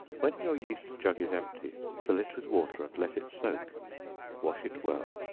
when your yeast jug is empty, fill it with water, and let it soak wash it well,